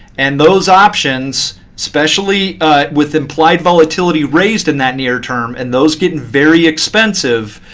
and those options, especially with implied volatility raised in that near term, and those getting very expensive,